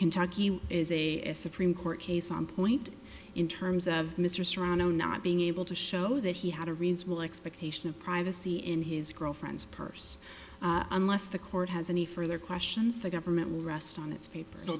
kentucky is a supreme court case on point in terms of mr serrano not being able to show that he had a reasonable expectation of privacy in his girlfriend's purse unless the court has any further questions the government will rest on its paper